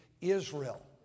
Israel